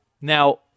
Now